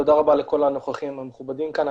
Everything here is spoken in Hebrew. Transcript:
תודה לכל הנוכחים המכובדים כאן,